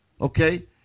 okay